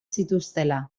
zituztela